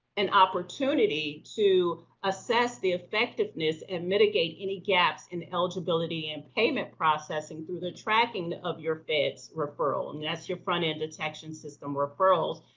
an opportunity to assess the effectiveness and mitigate any gaps in eligibility and payment processing through the tracking of your fed's referral and that's your front-end detection system referrals.